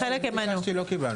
את מה שביקשתי לא קיבלנו,